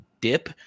dip